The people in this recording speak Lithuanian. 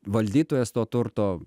valdytojas to turto